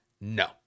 No